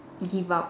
give up